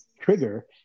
trigger